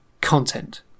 content